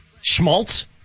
Schmaltz